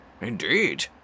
Indeed